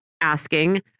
asking